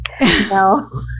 No